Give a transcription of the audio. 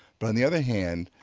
but on the other hand,